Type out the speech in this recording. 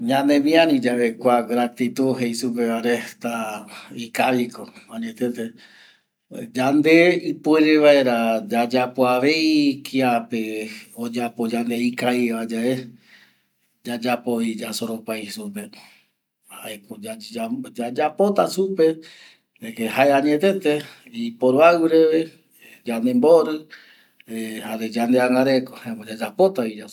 Ñanemiariyae kua gratitud jei supe vare ta ikaviko añetete yande yayapoavei kiape oyapo yande mbae ikaviva yae yayapovi yasoropai supe jaeko yayapota supe jae añetete iporoaɨu reve yande mborɨ jare yande angareko jare yayapotavi yasoropai